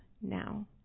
now